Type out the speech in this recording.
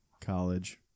College